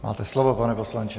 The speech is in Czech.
Máte slovo, pane poslanče.